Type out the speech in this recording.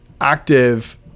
active